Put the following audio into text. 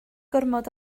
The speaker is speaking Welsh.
gormod